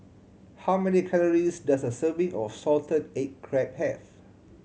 how many calories does a serving of salted egg crab have